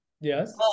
Yes